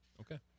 Okay